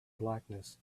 blackness